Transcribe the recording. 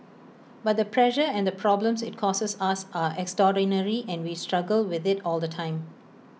but the pressure and problems IT causes us are extraordinary and we struggle with IT all the time